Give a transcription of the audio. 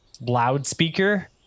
loudspeaker